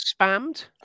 spammed